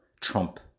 Trump